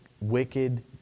wicked